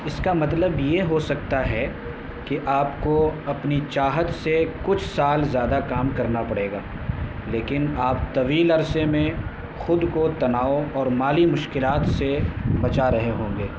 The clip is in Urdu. اس کا مطلب یہ ہو سکتا ہے کہ آپ کو اپنی چاہت سے کچھ سال زیادہ کام کرنا پڑے گا لیکن آپ طویل عرصے میں خود کو تناؤ اور مالی مشکلات سے بچا رہے ہوں گے